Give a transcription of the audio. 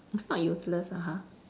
it's not useless ah ha